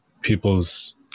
people's